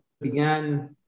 began